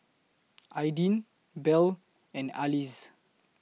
Aydin Bell and Alize